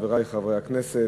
חברי חברי הכנסת,